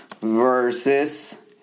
versus